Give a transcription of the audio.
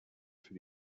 für